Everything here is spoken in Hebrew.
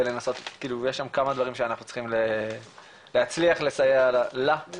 כאילו יש שם כמה דברים שאנחנו צריכים להצליח לסייע ובכל